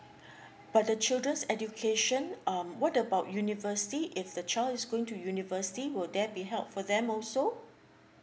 but the children's education um what about university if the child is going to university will there be help for them also